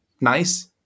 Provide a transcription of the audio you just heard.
nice